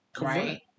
Right